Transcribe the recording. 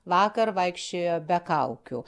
vakar vaikščiojo be kaukių